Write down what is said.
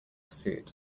suit